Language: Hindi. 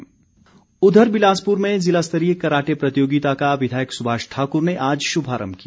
कराटे उधर बिलासपुर में ज़िलास्तरीय कराटे प्रतियोगिता का विधायक सुभाष ठाकुर ने आज शुभारम्भ किया